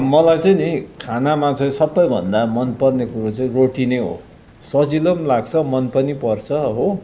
मलाई चाहिँ नि खानामा चाहिँ सबभन्दा मन पर्ने कुरो चाहिँ रोटी नै हो सजिलो लाग्छ मन पनि पर्छ हो